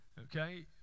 Okay